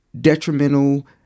detrimental